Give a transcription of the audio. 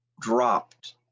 dropped